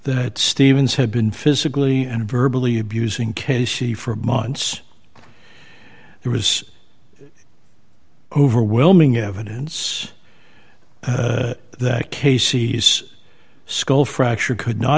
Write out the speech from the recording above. that stevens had been physically and verbally abusing casey for months there was overwhelming evidence that casey's skull fracture could not